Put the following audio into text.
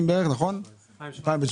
שנים,